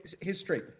history